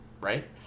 right